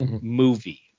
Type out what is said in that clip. movie